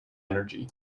energy